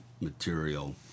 material